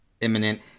imminent